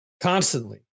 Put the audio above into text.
constantly